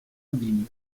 abîme